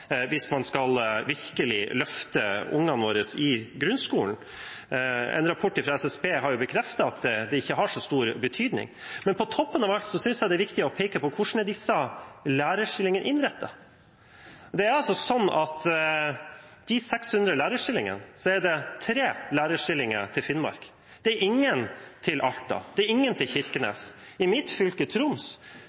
hvis man skal virkelig løfte ungene våre i grunnskolen. En rapport fra SSB har bekreftet at det er ikke har så stor betydning. Men på toppen av alt synes jeg det er viktig å peke på hvordan disse lærerstillingene er innrettet. Det er altså sånn at av de 600 lærerstillingene er det 3 lærerstillinger til Finnmark. Det er ingen til Alta. Det er ingen til Kirkenes. I mitt fylke, Troms,